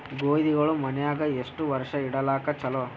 ಗೋಧಿಗಳು ಮನ್ಯಾಗ ಎಷ್ಟು ವರ್ಷ ಇಡಲಾಕ ಚಲೋ?